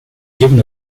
given